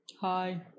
Hi